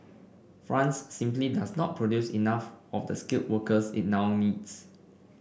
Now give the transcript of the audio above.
France simply does not produce enough of the skilled workers it now needs